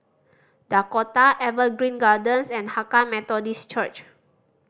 Dakota Evergreen Gardens and Hakka Methodist Church